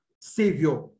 savior